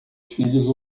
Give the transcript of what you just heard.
filhos